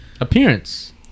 appearance